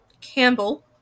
Campbell